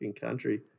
country